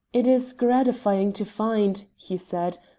it is gratifying to find, he said,